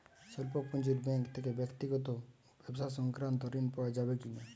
স্বল্প পুঁজির ব্যাঙ্ক থেকে ব্যক্তিগত ও ব্যবসা সংক্রান্ত ঋণ পাওয়া যাবে কিনা?